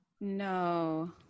No